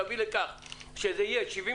תביא לכך שזה יהיה 75%,